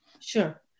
Sure